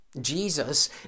Jesus